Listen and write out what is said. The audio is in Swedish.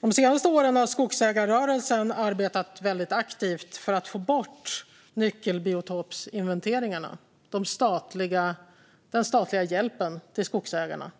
De senaste åren har skogsägarrörelsen arbetat väldigt aktivt för att få bort nyckelbiotopsinventeringarna - den statliga hjälpen till skogsägarna.